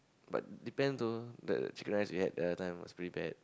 but depend though the chicken rice we had the other time we was really bad